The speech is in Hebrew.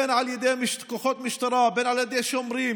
אם על ידי כוחות משטרה ואם על ידי שומרים,